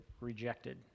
rejected